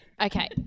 Okay